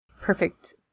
perfect